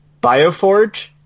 Bioforge